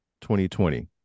2020